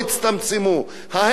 ההיפך הוא הנכון.